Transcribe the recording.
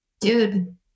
Dude